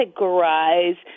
categorize